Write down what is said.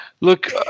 Look